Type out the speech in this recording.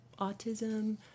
autism